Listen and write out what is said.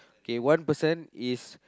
K one person is